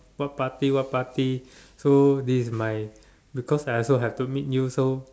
what party what party so this is my because I also have to meet you so